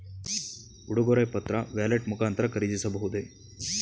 ಉಡುಗೊರೆ ಪತ್ರ ವ್ಯಾಲೆಟ್ ಮುಖಾಂತರ ಖರೀದಿಸಬಹುದೇ?